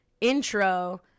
intro